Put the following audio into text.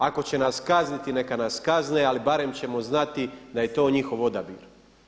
Ako će nas kazniti, neka nas kazne, ali barem ćemo znati da je to njihov odabir.